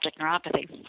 neuropathy